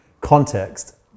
Context